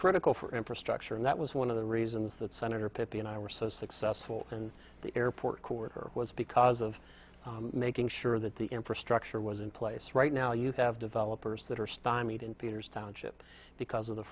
critical for infrastructure and that was one of the reasons that senator pippy and i were so successful in the airport corridor was because of making sure that the infrastructure was in place right now you have developers that are stymied in peter's township because of the